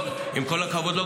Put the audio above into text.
עם כל הכבוד.